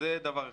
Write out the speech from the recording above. זה דבר אחד.